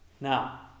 Now